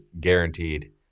guaranteed